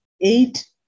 eight